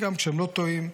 וגם כשהם לא טועים,